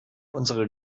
unsere